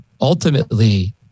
ultimately